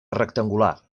rectangular